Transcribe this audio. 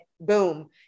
Boom